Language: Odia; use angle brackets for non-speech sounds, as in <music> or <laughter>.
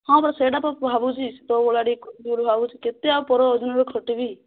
ହଁ ପରା ସେଇଟା ତ ଭାବୁଚି ତୋ ଭଳିଆ ଟିକେ <unintelligible> ବୋଲି ଭାବୁଛି କେତେ ଆଉ ପର ଅଧୀନରେ ଖଟିବି